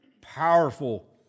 powerful